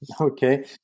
Okay